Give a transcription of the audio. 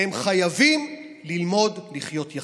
והם חייבים ללמוד לחיות יחדיו.